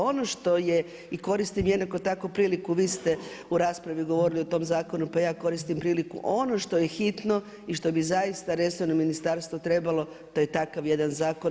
Ono što je koristim jednako tako priliku, vi ste u raspravi govorili o tom zakonu, pa ja koristim priliku, ono što je hitno i što bi zaista resorno ministarstvo trebalo, to je takav jedan zakon.